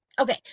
Okay